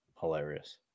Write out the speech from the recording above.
Hilarious